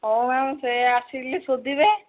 ହଁ ମ୍ୟାମ୍ ସେ ଆସିଲେ ସୋଦିବେ